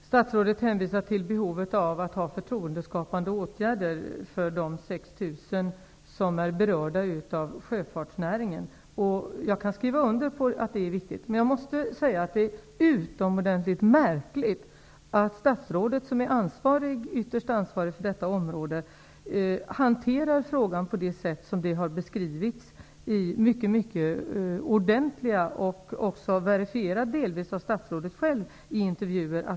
Herr talman! Statsrådet hänvisar till behovet av förtroendeskapande åtgärder för de 6 000 som är berörda inom sjöfartsnäringen. Jag kan skriva under på att det är viktigt, men det är utomordentligt märkligt att statsrådet, som är ytterst ansvarig för detta område, hanterar frågan på det sätt som har beskrivits mycket ordentligt, delvis också verifierat av statsrådet själv i intervjuer.